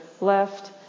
left